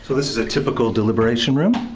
so this is a typical deliberation room